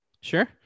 Sure